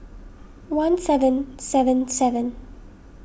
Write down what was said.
one seven seven seven